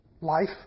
Life